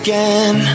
Again